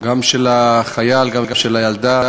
גם של החייל, גם של הילדה,